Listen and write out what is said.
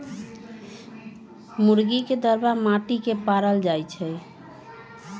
मुर्गी के दरबा माटि के पारल जाइ छइ